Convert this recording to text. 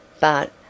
But